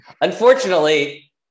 Unfortunately